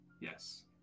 Yes